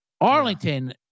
Arlington